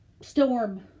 Storm